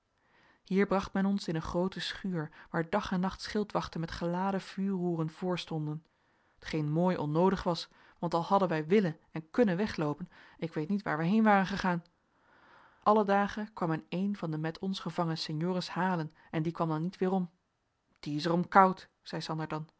hier bracht men ons in een groote schuur waar dag en nacht schildwachten met geladen vuurroeren voor stonden t geen mooi onnoodig was want al hadden wij willen en kunnen wegloopen ik weet niet waar wij heen waren gegaan alle dagen kwam men een van de met ons gevangen senhores halen en die kwam dan niet weerom die is er om koud zei sander dan